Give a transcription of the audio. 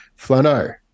Flano